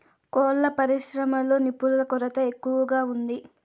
కోళ్ళ పరిశ్రమలో నిపుణుల కొరత ఎక్కువగా ఉంది